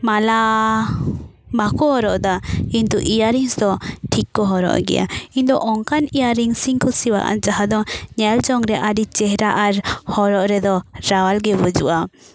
ᱢᱟᱞᱟ ᱵᱟᱠᱚ ᱦᱚᱨᱚᱜ ᱮᱫᱟ ᱠᱤᱱᱛᱩ ᱤᱭᱟᱨ ᱨᱤᱝᱥ ᱫᱚ ᱴᱷᱤᱠ ᱠᱚ ᱦᱚᱨᱚᱜ ᱮᱫ ᱜᱮᱭᱟ ᱤᱧ ᱫᱚ ᱚᱱᱠᱟᱱ ᱤᱭᱟᱨ ᱨᱤᱝᱥ ᱤᱧ ᱠᱩᱥᱤᱭᱟᱜᱼᱟ ᱡᱟᱦᱟᱸ ᱫᱚ ᱧᱮᱞ ᱡᱚᱝ ᱨᱮ ᱟᱹᱰᱤ ᱪᱮᱦᱮᱨᱟ ᱟᱨ ᱦᱚᱨᱚᱜ ᱨᱮᱫᱚ ᱨᱟᱣᱟᱞ ᱜᱮ ᱵᱩᱡᱩᱜᱼᱟ